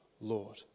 Lord